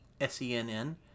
S-E-N-N